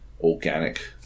organic